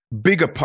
bigger